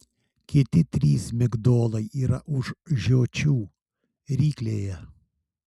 kiti trys migdolai yra už žiočių ryklėje